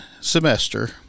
semester